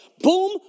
boom